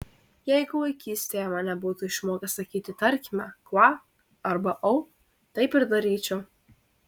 jeigu vaikystėje mane būtų išmokę sakyti tarkime kva arba au taip ir daryčiau